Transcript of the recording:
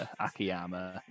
Akiyama